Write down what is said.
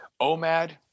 OMAD